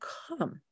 come